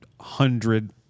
hundred